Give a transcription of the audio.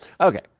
Okay